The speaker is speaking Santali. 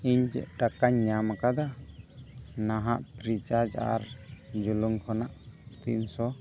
ᱤᱧ ᱡᱮ ᱴᱟᱠᱟᱧ ᱧᱟᱢ ᱠᱟᱫᱟ ᱱᱟᱦᱟᱜ ᱯᱷᱨᱤ ᱪᱟᱨᱡᱽ ᱟᱨ ᱡᱩᱞᱩᱢ ᱠᱷᱚᱱᱟᱜ ᱛᱤᱱᱥᱚ